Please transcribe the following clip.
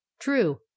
True